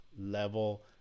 level